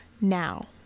now